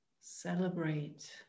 Celebrate